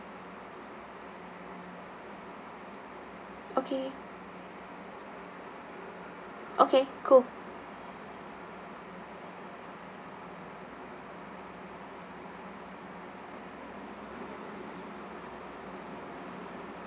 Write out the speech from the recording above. okay okay cool